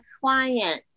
clients